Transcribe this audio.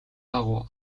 дагуу